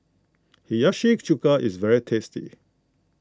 Hiyashi Chuka is very tasty